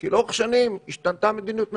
כי לאורך שנים השתנתה מדיניות הממשלה.